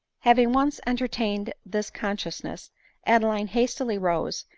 having once entertained this consciousness adeline hastily arose,